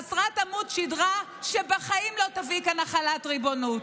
חסרת עמוד שדרה, שבחיים לא תביא כאן החלת ריבונות.